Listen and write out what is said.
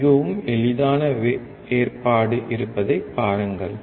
மிகவும் எளிதான ஏற்பாடு இருப்பதைப் பாருங்கள்